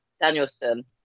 Danielson